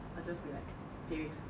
I just like pay wave